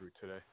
today